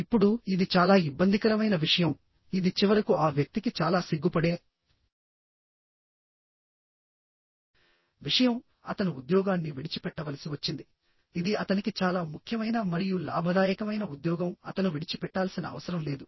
ఇప్పుడు ఇది చాలా ఇబ్బందికరమైన విషయం ఇది చివరకు ఆ వ్యక్తికి చాలా సిగ్గుపడే విషయం అతను ఉద్యోగాన్ని విడిచిపెట్టవలసి వచ్చింది ఇది అతనికి చాలా ముఖ్యమైన మరియు లాభదాయకమైన ఉద్యోగం అతను విడిచిపెట్టాల్సిన అవసరం లేదు